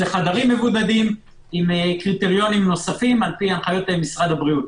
חדרים מבודדים עם קריטריונים נוספים לפי הנחיות משרד הבריאות,